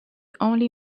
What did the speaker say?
only